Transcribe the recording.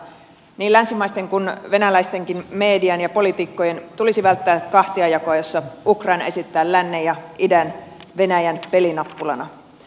niin länsimaisten kuin venäläistenkin median ja poliitikkojen tulisi välttää kahtiajakoa jossa ukraina esitetään lännen ja idän venäjän pelinappulana